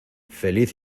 feliz